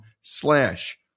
slash